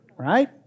right